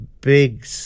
big